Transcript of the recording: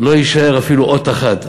לא תישאר אפילו אות אחת.